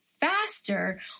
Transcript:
Faster